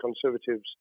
Conservatives